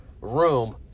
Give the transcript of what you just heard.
room